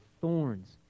thorns